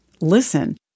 Listen